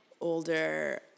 older